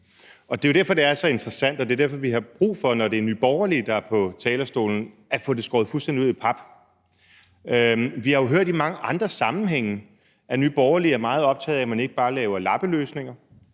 Det er jo derfor, der er så interessant, og det er derfor, at vi, når det er Nye Borgerlige, der er på talerstolen, har brug for at få det skåret fuldstændig ud i pap. Vi har jo i mange andre sammenhænge hørt, at Nye Borgerlige er meget optaget af, at man ikke bare laver lappeløsninger,